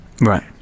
Right